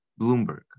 Bloomberg